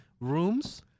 rooms